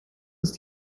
ist